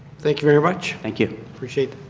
thank you, very much. thank you. i appreciate